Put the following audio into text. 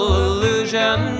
illusion